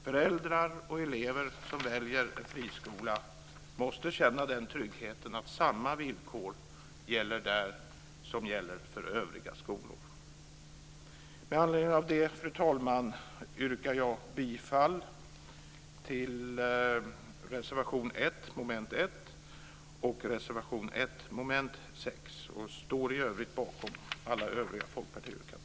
Föräldrar och elever som väljer en friskola måste känna trygghet i att samma villkor gäller där som gäller för övriga skolor. Fru talman! Med anledning av detta yrkar jag bifall till reservation 1 under mom. 1 och reservation 1 under mom. 6. I övrigt står jag bakom alla övriga folkpartiyrkanden.